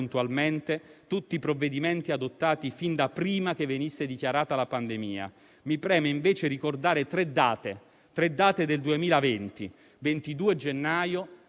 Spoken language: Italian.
puntualmente tutti i provvedimenti adottati fin da prima che venisse dichiarata la pandemia. Mi preme, invece, ricordare tre date del 2020: 22 gennaio,